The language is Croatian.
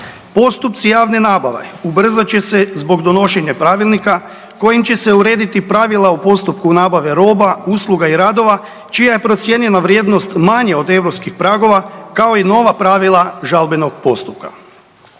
Postupci javne nabave ubrzat će se zbog donošenja pravilnika kojim će se urediti pravila u postupku nabave roba, usluga i radova čija je procijenjena vrijednost manja od europskih pragova, kao i nova pravila žalbenog postupka.